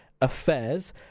affairs